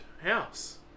house